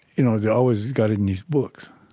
you know, they've always got it in these books.